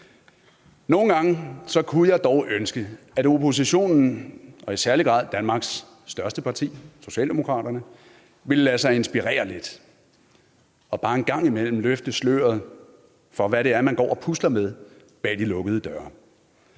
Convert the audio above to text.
Nogle gange kunne jeg dog ønske, at oppositionen og i særlig grad Danmarks største parti, Socialdemokratiet, ville lade sig inspirere lidt og bare en gang mellem løfte sløret for, hvad det er, man går og pusler med bag de lukkede døre.